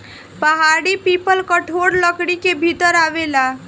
पहाड़ी पीपल कठोर लकड़ी के भीतर आवेला